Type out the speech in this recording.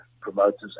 promoters